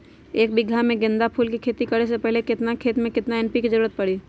एक बीघा में गेंदा फूल के खेती करे से पहले केतना खेत में केतना एन.पी.के के जरूरत परी?